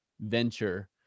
venture